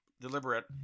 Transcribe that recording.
deliberate